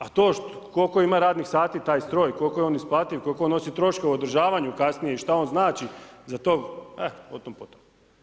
A to koliko ima radnih sati taj stroj, koliko je on isplativ i koliko on nosi troškove u održavanju kasnije i šta on znači za to, e o tom, potom.